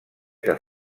que